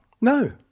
no